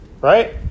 Right